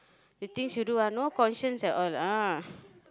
the things you do ah no conscience at all ah